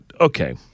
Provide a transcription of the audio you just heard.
okay